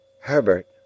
Herbert